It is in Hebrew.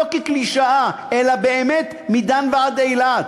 לא כקלישאה אלא באמת מדן ועד אילת,